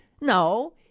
No